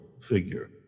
figure